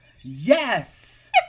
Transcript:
yes